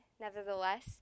nevertheless